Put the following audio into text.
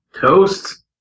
Toast